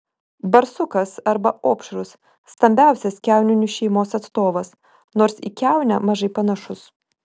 barsukas arba opšrus stambiausias kiauninių šeimos atstovas nors į kiaunę mažai panašus